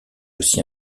aussi